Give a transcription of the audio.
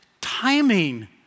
timing